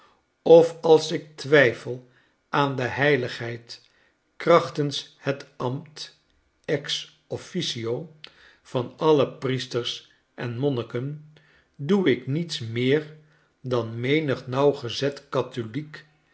of als ik twijfel aan de heiligheid krachtens het ambt ex officio van alle priesters en monniken doe ik niets meer dan menig nauwgezet katholiek